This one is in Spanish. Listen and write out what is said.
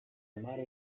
amargo